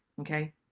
okay